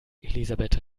elisabeth